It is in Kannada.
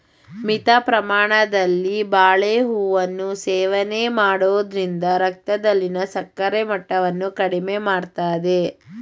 ಮಿತ ಪ್ರಮಾಣದಲ್ಲಿ ಬಾಳೆಹೂವನ್ನು ಸೇವನೆ ಮಾಡೋದ್ರಿಂದ ರಕ್ತದಲ್ಲಿನ ಸಕ್ಕರೆ ಮಟ್ಟವನ್ನ ಕಡಿಮೆ ಮಾಡ್ತದೆ